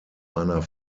einer